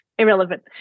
irrelevant